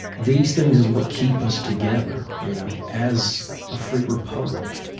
these things is what keep us together. you know? as a free republic.